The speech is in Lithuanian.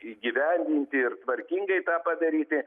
įgyvendinti ir tvarkingai tą padaryti